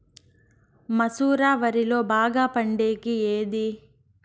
మసూర వరిలో బాగా పండేకి ఏది?